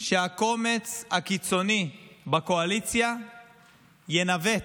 שהקומץ הקיצוני בקואליציה ינווט,